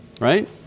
right